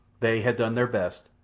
they had done their best,